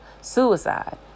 suicide